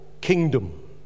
kingdom